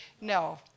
No